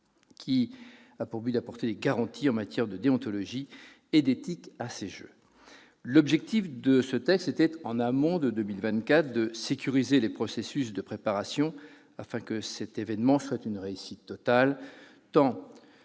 a pour objet d'apporter des garanties en matière de déontologie et d'éthique à ces jeux. L'objectif de ce texte est de sécuriser, en amont de 2024, les processus de préparation, afin que cet événement soit une réussite totale sur